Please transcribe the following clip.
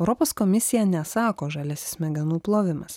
europos komisija nesako žaliasis smegenų plovimas